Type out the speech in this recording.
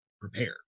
prepare